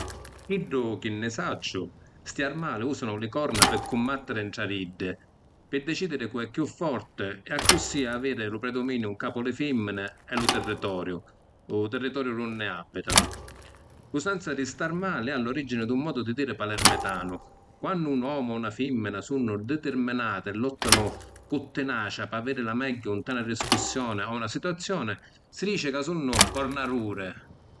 Pi chiddu chi ni sacciu, sti armali usanu li corna pi cummattiri ntra di iddi, pi dicidiri cu’ è chiù forti e accussì aviri lu preduminiu ‘n capu li fimmini e lu territoriu… lu territoriu d’unni abitanu. L’usanza di sti armali è all’origini di un modu di diri palermitanu. Quannu un omu o una fimmina, sunnu ditirminati e lottanu cu tinacia pi aviri la megghiu nta na discussioni o una situazioni, si dici ca sunnu “corna duri”.